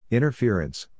Interference